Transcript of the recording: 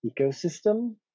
ecosystem